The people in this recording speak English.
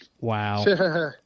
Wow